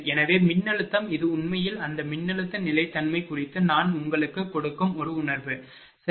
எனவே மின்னழுத்தம் இது உண்மையில் அந்த மின்னழுத்த நிலைத்தன்மை குறித்து நான் உங்களுக்குக் கொடுக்கும் ஒரு உணர்வு சரி